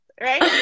right